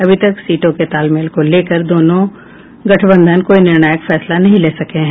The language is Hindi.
अभी तक सीटों के तालमेल को लेकर दोनों गठबंधन कोई निर्णायक फैसला नहीं ले सके हैं